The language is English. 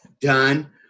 done